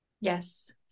Yes